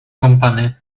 kąpany